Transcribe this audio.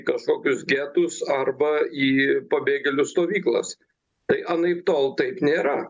kažkokius getus arba į pabėgėlių stovyklas tai anaiptol taip nėra